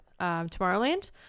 tomorrowland